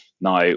Now